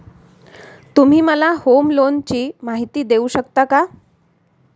तुम्ही मला होम लोनची माहिती देऊ शकता का?